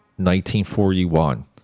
1941